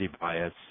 bias